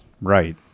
Right